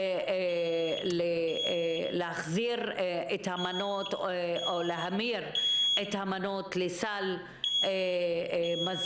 ועוד היום להחזיר את המנות או להמיר את המנות לסל מזון,